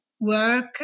work